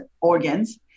organs